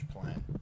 plan